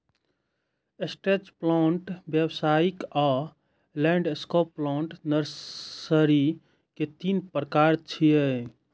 stretch plant, व्यावसायिक आ landscape plant nursery के तीन प्रकार छियै